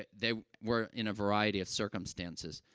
they were in a variety of circumstances.